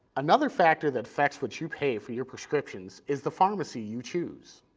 another factor that affects what you pay for your prescriptions is the pharmacy you choose.